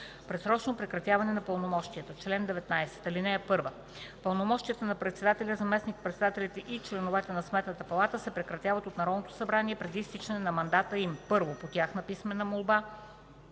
„Предсрочно прекратяване на пълномощията Чл. 19. (1) Пълномощията на председателя, заместник-председателите и членовете на Сметната палата се прекратяват от Народното събрание преди изтичането на мандата им: 1. по тяхна писмена молба;